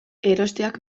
erosteak